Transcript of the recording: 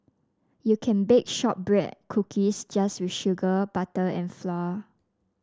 you can bake shortbread cookies just with sugar butter and flour